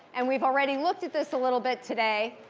and we've already looked at this a little bit today.